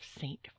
Saint